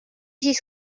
siis